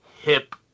hip